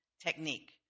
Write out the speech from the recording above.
technique